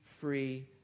free